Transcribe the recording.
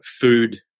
food